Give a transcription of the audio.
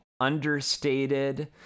understated